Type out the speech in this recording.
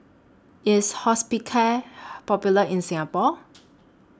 IS Hospicare Popular in Singapore